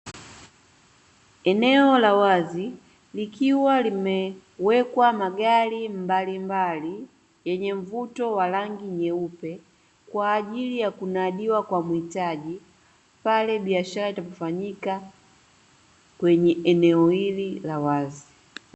Eneo la wazi likiwa limewekwa magari mbalimbali yenye mvuto wa rangi nyeupe , kwa ajili ya kunadiwa kwa mhitaji pale biashara itakapo fanyika kwenye eneo hili za wazi.